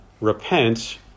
repent